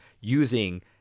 using